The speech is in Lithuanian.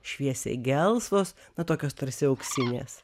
šviesiai gelsvos na tokios tarsi auksinės